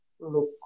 look